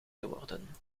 geworden